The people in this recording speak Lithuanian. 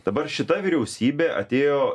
dabar šita vyriausybė atėjo